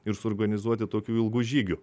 ir suorganizuoti tokių ilgų žygių